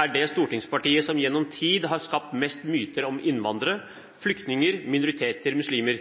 er det stortingspartiet som gjennom tid har skapt mest myter om innvandrere, flyktninger, minoriteter og muslimer.